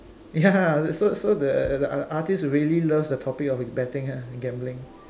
ya so so the the artist really loves the topic of betting !huh! gambling